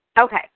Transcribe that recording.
Okay